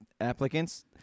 applicants